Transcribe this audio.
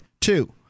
Two